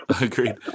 agreed